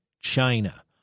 China